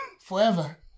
forever